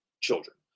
children